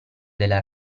della